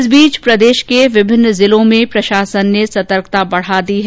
इस बीच प्रदेश के विभिन्न जिलों में प्रशासन ने सतर्कता बढ़ा दी है